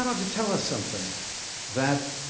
to tell us something that